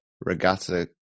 regatta